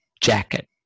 jacket